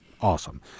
Awesome